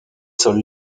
sols